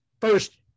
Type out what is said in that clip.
first